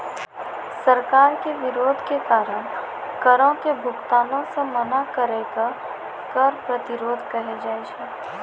सरकार के विरोध के कारण करो के भुगतानो से मना करै के कर प्रतिरोध कहै छै